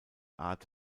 art